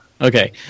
Okay